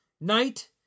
Knight